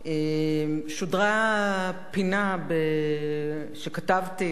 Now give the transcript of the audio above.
שודרה פינה שכתבתי,